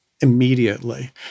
immediately